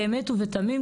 באמת ובתמים,